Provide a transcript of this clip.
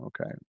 Okay